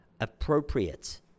appropriate